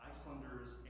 Icelanders